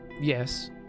yes